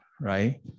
right